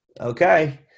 Okay